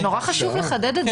נורא חשוב לחדד את זה.